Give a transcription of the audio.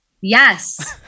yes